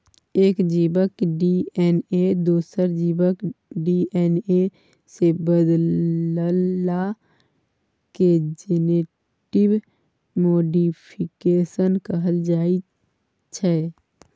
एक जीबक डी.एन.ए दोसर जीबक डी.एन.ए सँ बदलला केँ जेनेटिक मोडीफिकेशन कहल जाइ छै